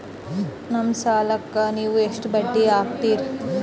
ನಮ್ಮ ಸಾಲಕ್ಕ ನೀವು ಬಡ್ಡಿ ಎಷ್ಟು ಹಾಕ್ತಿರಿ?